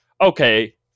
okay